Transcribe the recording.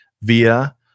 via